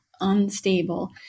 unstable